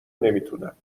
نمیتونم